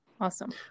Awesome